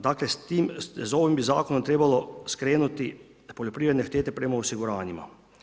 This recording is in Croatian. Dakle, s ovim zakonom bi trebalo skrenuti poljoprivredne štete prema osiguranjima.